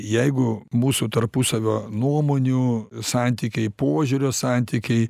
jeigu mūsų tarpusavio nuomonių santykiai požiūrio santykiai